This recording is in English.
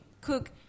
cook